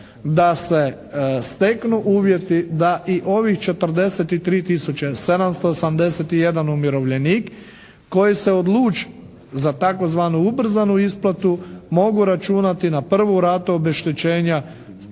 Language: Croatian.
da se steknu uvjeti da i ovih 43 tisuće 781 umirovljenik koji se odluči za tzv. ubrzanu isplatu mogu računati na prvu ratu obeštećenja